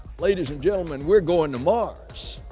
ladies and gentlemen, we're going to mars!